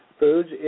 foods